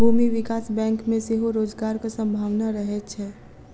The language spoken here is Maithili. भूमि विकास बैंक मे सेहो रोजगारक संभावना रहैत छै